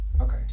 Okay